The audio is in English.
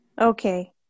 Okay